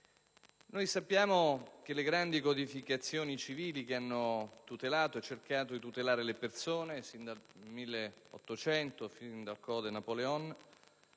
Sappiamo che le grandi codificazioni civili che hanno tutelato e cercato di tutelare le persone sin dal 1800, sin dal Code Napoléon,